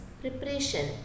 preparation